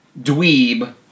dweeb